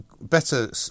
better